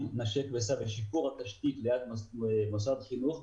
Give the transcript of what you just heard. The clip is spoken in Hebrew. נשק וסע ושיפור התשתית ליד מוסד חינוך,